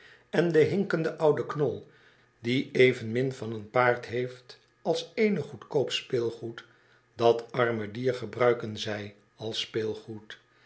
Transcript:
en den hinkenden ouden knol die evenmin van een paard heeft als eenig goedkoop speelgoed dat arme dier gebruiken zij als speelgoed